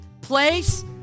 place